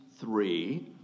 three